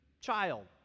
child